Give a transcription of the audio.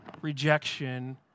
rejection